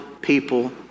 people